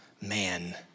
Man